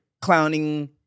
clowning